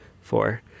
four